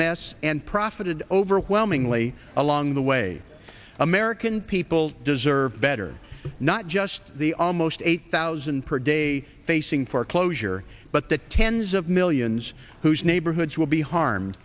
mess and profited overwhelmingly along the way american people deserve better not just the almost eight thousand per day facing foreclosure but the tens of millions whose neighborhoods will be harm